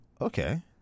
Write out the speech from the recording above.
Okay